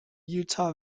utah